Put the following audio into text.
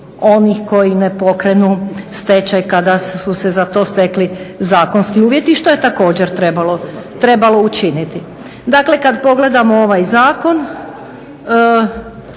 onih koji ne pokrenu stečaj kada su se za to stekli zakonski uvjeti što je također trebalo učiniti. Dakle kada pogledamo ovaj zakon